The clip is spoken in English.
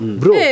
bro